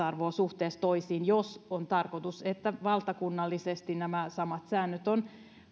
arvoa suhteessa toisiin jos on tarkoitus että valtakunnallisesti nämä säännöt ovat samat